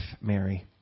Mary